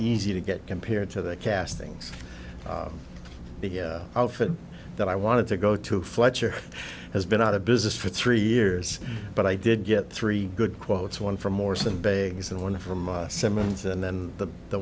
easy to get compared to the castings the outfit that i wanted to go to fletcher has been out of business for three years but i did get three good quotes one from orson begs and one from simmons and then the the